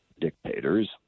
dictators